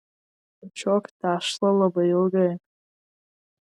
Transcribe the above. kočiok tešlą labai ilgai